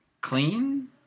clean